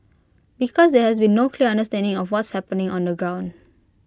because there has been no clear understanding of what's happening on the ground